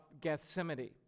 Gethsemane